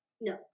no